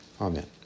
Amen